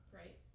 right